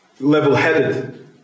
level-headed